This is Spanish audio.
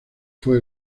fue